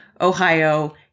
Ohio